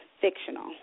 fictional